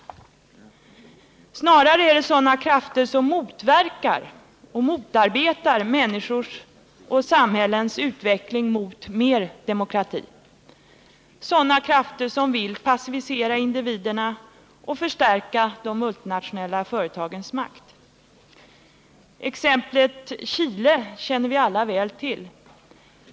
Snarare är det sådana krafter som motverkar och motarbetar människors och samhällens utveckling mot mer demokrati, sådana krafter som vill passivisera individerna och förstärka de multinationella företagens makt. Exemplet Chile känner vi alla väl till.